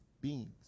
Beings